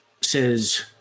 says